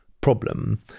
problem